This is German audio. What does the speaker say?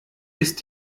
ist